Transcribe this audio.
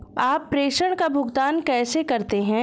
आप प्रेषण का भुगतान कैसे करते हैं?